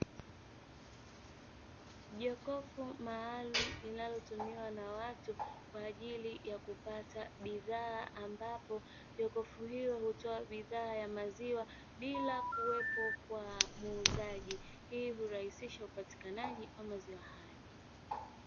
Jokofu maalum inayotumiwa na watu kwa ajili ya kupata bidhaa ambapo jokofu hilo hutoa bidhaa ya maziwa bila kuwepo kwa muuzaji hii hurahisisha upatikanaji wa maziwa hayo.